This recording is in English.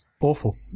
Awful